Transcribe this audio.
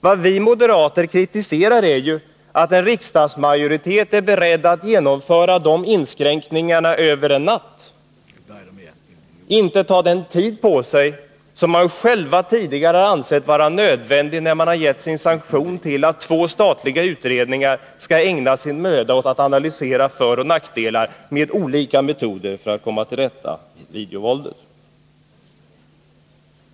Vad vi moderater kritiserar är ju att en riksdagsmajoritet är beredd att genomföra de inskränkningarna över en natt, inte ta den tid på sig som man själv tidigare ansett vara nödvändig, när man gett sanktion åt att två statliga utredningar skall ägna sin möda åt att analysera föroch nackdelar med olika metoder för att komma till rätta med videovåldet.